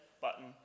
button